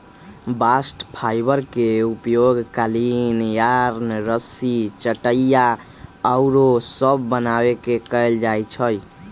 bast fiber के उपयोग कालीन, यार्न, रस्सी, चटाइया आउरो सभ बनाबे में कएल जाइ छइ